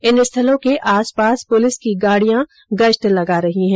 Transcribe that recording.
इन स्थलों के आसपास पुलिस की गाड़ियां गश्त लगा रही हैं